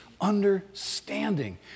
understanding